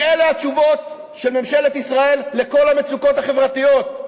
כי אלה התשובות של ממשלת ישראל על כל המצוקות החברתיות.